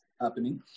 Happening